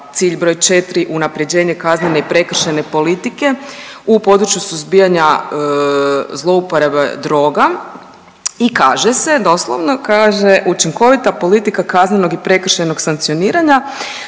cilj broj 4 unaprjeđenje kaznene i prekršajne politike u području suzbijanja zlouporabe droga i kaže se, doslovno kaže učinkovita politika kaznenog i prekršajnog sankcioniranja